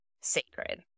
sacred